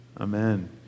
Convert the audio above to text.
Amen